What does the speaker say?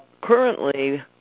currently